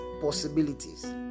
possibilities